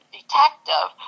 detective